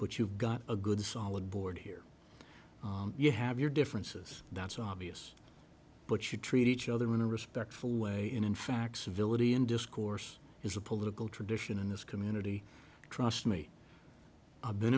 but you've got a good solid board here you have your differences that's obvious but you treat each other in a respectful way and in fact civility and discourse is a political tradition in this community trust me i've been